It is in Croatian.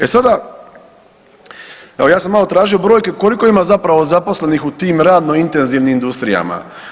E sada, evo ja sam malo tražio brojke koliko ima zapravo zaposlenih u tim radno intenzivnim industrijama.